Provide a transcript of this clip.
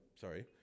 sorry